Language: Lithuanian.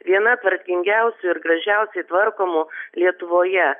viena tvarkingiausių ir gražiausiai tvarkomų lietuvoje